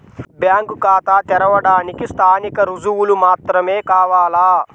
Bank ఖాతా తెరవడానికి స్థానిక రుజువులు మాత్రమే కావాలా?